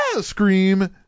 scream